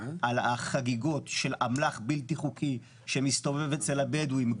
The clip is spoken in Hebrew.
על החגיגות של אמל"ח בלתי חוקי שמסתובב אצל הבדואים,